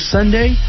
Sunday